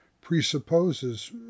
presupposes